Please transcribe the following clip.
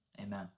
amen